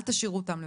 אל תשאירו אותם לבד.